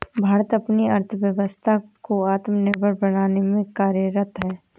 भारत अपनी अर्थव्यवस्था को आत्मनिर्भर बनाने में कार्यरत है